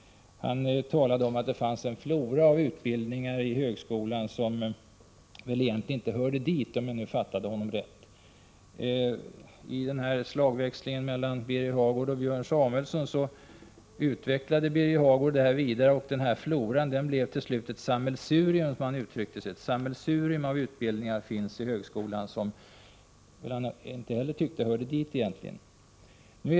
Han talade om att det fanns en flora av utbildningar i högskolan som väl egentligen inte hörde dit, om jag nu fattade honom rätt. I slagväxlingen mellan Birger Hagård och Björn Samuelson utvecklade Birger Hagård detta vidare, och den här floran blev till slut ett sammelsurium, som han uttryckte det, av utbildningar inom högskolan, som han inte heller tyckte hörde dit.